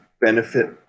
benefit